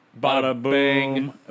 bada-boom